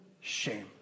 Shame